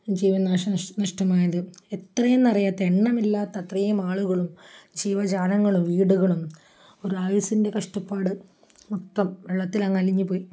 ജീവന് നഷ്ടമായത് എത്രയെന്നറിയാത്ത എണ്ണമില്ലാത്തത്രയും ആളുകളും ജീവജാലങ്ങളും വീടുകളും ഒരായുസ്സിൻ്റെ കഷ്ടപ്പാട് മൊത്തം വെള്ളത്തിലങ്ങലിഞ്ഞുപോയി